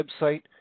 website